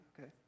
Okay